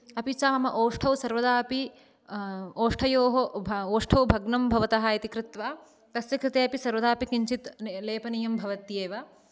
अपि च अहम् ओष्टौ सर्वदा अपि ओष्टयोः उभौ ओष्टौ भग्नं भवतः इति कृत्वा तस्य कृते अपि सर्वदा अपि किञ्चित् लेपनीयं भवत्येव